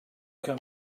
can